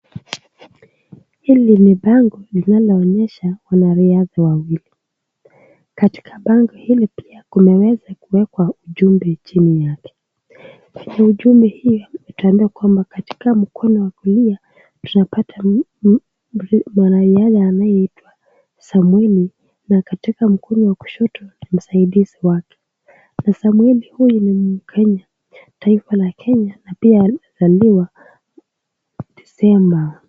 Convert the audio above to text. Hili ni bango linaloonyesha wanariadha wawili katika bango hili pia kumeweza kuwekwa ujumbe chini yake, ujumbe hii utaona ya kwamba katika mkono wa kulia tunapata mwanariadha anayeitwa Samweli na katika mkono wa kushoto msaidizi wake na Samweli huyu ni mkenya , taifa la Kenya na pia alizaliwa December.